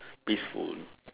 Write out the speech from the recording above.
peaceful